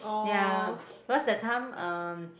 ya cause that time um